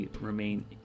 remain